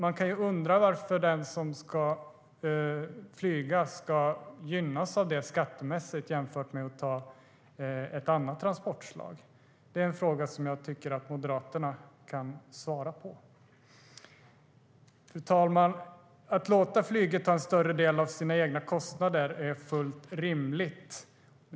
Man kan ju undra varför den som flyger ska gynnas av det skattemässigt jämfört med den som använder ett annat transportslag. Det är en fråga som jag tycker att Moderaterna kan svara på. Fru talman! Att låta flyget ta en större del av sina egna kostnader är fullt rimligt.